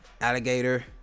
alligator